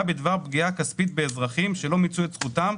בדבר פגיעה כספית באזרחים שלא מיצו את זכותם,